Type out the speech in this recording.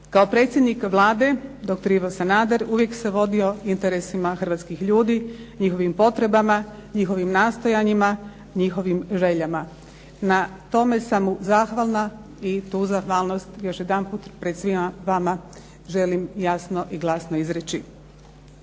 Kao predsjednik Vlade doktor Ivo Sanader uvijek se vodio interesima hrvatskih ljudi, njihovim potrebama, njihovim nastojanjima, njihovim željama. Na tome sam mu zahvalna i tu zahvalnost još jedanput pred svima vama želim jasno i glasno izreći.